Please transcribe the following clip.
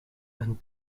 and